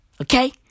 Okay